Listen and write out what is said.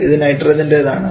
ഇത് നൈട്രജൻറെതാണ്